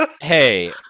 Hey